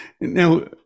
Now